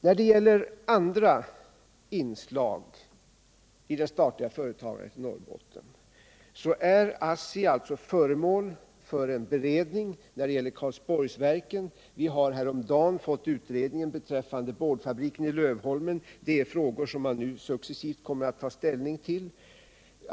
När det gäller andra inslag i det statliga företagandet i Norrbotten är ASSI, som jag nämnt, föremål för beredning vad gäller Karlsborgsverken. Vi har häromdagen också fått utredningen beträffande boardfabriken i Lövholmen framlagd. Det är frågor som man successivt kommer att ta ställning till.